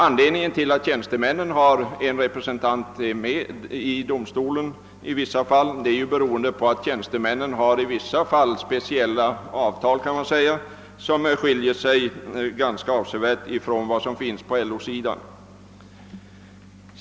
Anledningen till att tjänstemännen har en representant med i domstolen i vissa fall är, att tjänstemännen i sådana fall har speciella avtal som skiljer sig ganska avsevärt ifrån avtalen på LO-sidan.